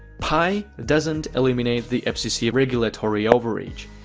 pai doesn't eliminate the fcc regulatory overreach.